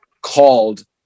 called